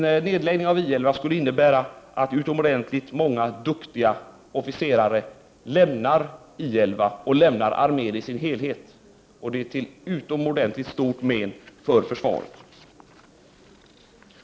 En nedläggning av I 11 skulle innebära att utomordentligt många duktiga officerare lämnade I 11 och armén i dess helhet, och det är till utomordentligt stort men för försvaret.